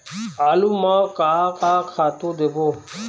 आलू म का का खातू देबो?